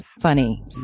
funny